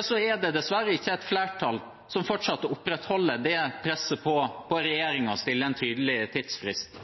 er det dessverre ikke et flertall som fortsatt opprettholder presset på regjeringen om å stille en tydelig tidsfrist.